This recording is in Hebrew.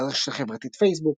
ברשת החברתית פייסבוק